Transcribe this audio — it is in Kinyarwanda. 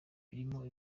birimo